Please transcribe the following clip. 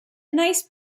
nice